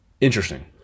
interesting